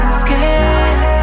scared